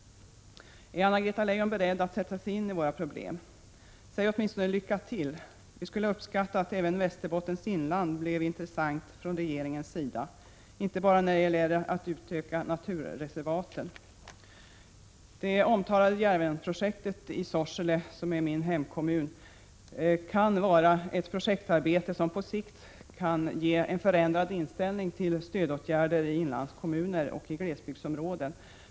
Är Anna-Greta Leijon beredd att sätta sig in i våra problem? Säg åtminstone lycka till! Vi skulle uppskatta om även Västerbottens inland blev intressant för regeringen — och då inte bara när det gäller att utöka naturreservaten. Det omtalade Djärvenprojektet i Sorsele, som är min hemkommun, är ett projekt som på sikt kan resultera i en förändrad inställning till stödåtgärder i inlandskommuner och glesbygdsområden.